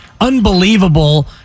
unbelievable